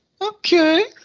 okay